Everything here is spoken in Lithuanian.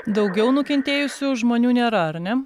daugiau nukentėjusių žmonių nėra ar ne